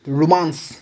ৰোমাঞ্চ